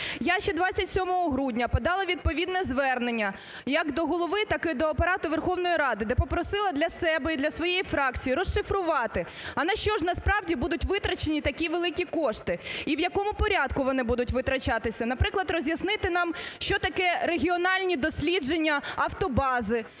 Я ще 27 грудня подала відповідне звернення як до Голови, так і до Апарату Верховної Ради, де попросила для себе і для своєї фракції розшифрувати, а на що насправді будуть витрачені такі великі кошти і в якому порядку вони будуть витрачатися. Наприклад, роз'яснити нам, що таке регіональні дослідження автобази,